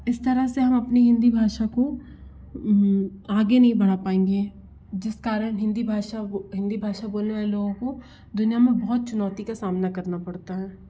इस तरह से हम अपनी हिन्दी भाषा को आगे नहीं बढ़ा पाएंगे जिस कारण हिन्दी भाषा बो हिन्दी भाषा बोलने वाले लोगों को दुनिया में बहुत चुनौती का सामना करना पड़ता है